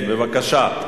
כן, בבקשה.